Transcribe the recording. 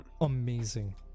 amazing